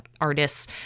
artists